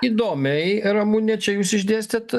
įdomiai ramune čia jūs išdėstėt